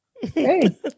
Hey